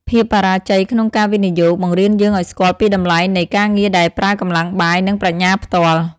ភាពបរាជ័យក្នុងការវិនិយោគ បង្រៀនយើងឱ្យស្គាល់ពីតម្លៃនៃ "ការងារដែលប្រើកម្លាំងបាយ និងប្រាជ្ញាផ្ទាល់"។